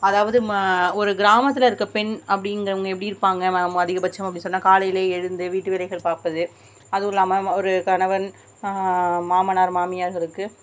அதாவது ம ஒரு கிராமத்தில் இருக்க பெண் அப்படிங்கிறவங்க எப்படி இருப்பாங்க அதிகப்பட்சம் அப்படி சொன்னால் காலையிலே எழுந்து வீட்டு வேலைகள் பார்ப்பது அதுவும் இல்லாமல் ஒரு கணவன் மாமனார் மாமியார்களுக்கு